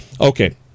okay